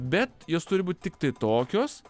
bet jos turi būt tiktai tokios